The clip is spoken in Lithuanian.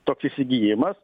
toks įsigijimas